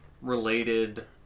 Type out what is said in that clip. related